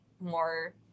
more